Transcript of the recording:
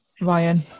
Ryan